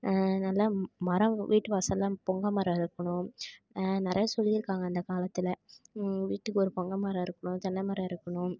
நல்ல மரம் வீட்டு வாசலில் பொங்க மரம் இருக்கணும் நிறைய சொல்லியிருக்காங்க அந்த காலத்தில் வீட்டுக்கு ஒரு பொங்க மரம் இருக்கணும் தென்னை மரம் இருக்கணும்